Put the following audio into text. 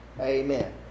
Amen